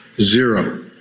zero